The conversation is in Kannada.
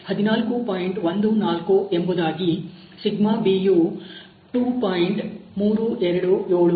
14 ಎಂಬುದಾಗಿ B ಯು 2